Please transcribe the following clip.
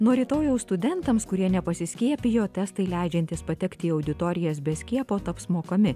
nuo rytojaus studentams kurie nepasiskiepijo testai leidžiantys patekti į auditorijas be skiepo taps mokami